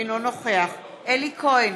אינו נוכח אלי כהן,